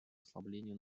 ослаблению